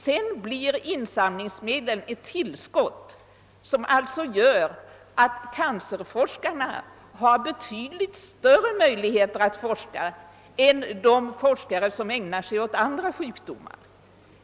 Sedan blir insamlingsmedlen ett tillskott, som alltså gör att cancerforskarna har betydligt större möjligheter att forska än de forskare som ägnar sig åt andra sjukdomar.